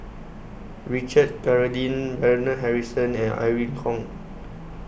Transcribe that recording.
Richard Corridon Bernard Harrison and Irene Khong